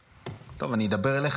אני אדבר אליך,